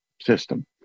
system